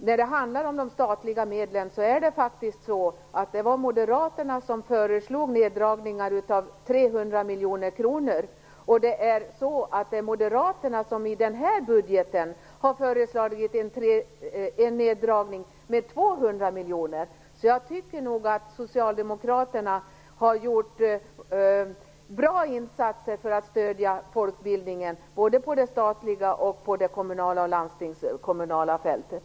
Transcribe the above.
När det handlar om de statliga medlen är det faktiskt så att Moderaterna föreslog neddragningar på 300 miljoner kronor, och Moderaterna har i den här budgeten föreslagit en neddragning på 200 miljoner, så jag tycker nog att Socialdemokraterna har gjort bra insatser för att stödja folkbildningen, både på det statliga, det kommunala och det landstingskommunala fältet.